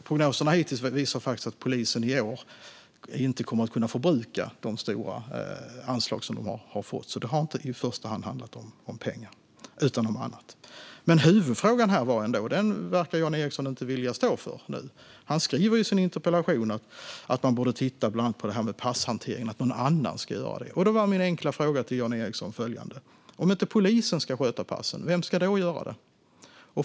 Prognoserna hittills visar faktiskt att polisen i år inte kommer att kunna förbruka de stora anslag som de har fått, så det har inte i första hand handlat om pengar utan om annat. Men huvudfrågan här verkar Jan Ericson inte vilja stå för nu. Han skriver i sin interpellation att man borde titta på bland annat detta med passhantering, att någon annan ska göra det. Då var min enkla fråga till Jan Ericson följande: Om inte polisen ska sköta passen, vem ska då göra det?